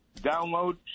download